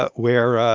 ah where, ah